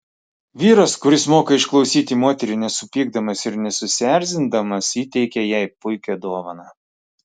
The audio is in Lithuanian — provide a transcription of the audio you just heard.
vyras kuris moka išklausyti moterį nesupykdamas ir nesusierzindamas įteikia jai puikią dovaną